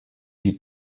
die